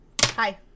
Hi